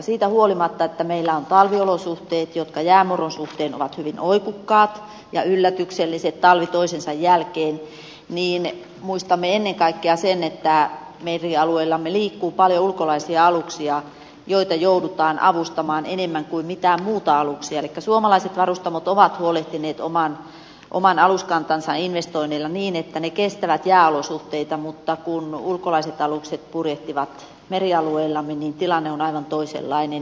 siitä huolimatta että meillä on talviolosuhteet jotka jäämurron suhteen ovat hyvin oikukkaat ja yllätykselliset talvi toisensa jälkeen niin muistamme ennen kaikkea sen että merialueillamme liikkuu paljon ulkolaisia aluksia joita joudutaan avustamaan enemmän kuin mitään muita aluksia elikkä suomalaiset varustamot ovat huolehtineet oman aluskantansa investoinneilla niin että ne kestävät jääolosuhteita mutta kun ulkolaiset alukset purjehtivat merialueillamme niin tilanne on aivan toisenlainen